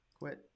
Quit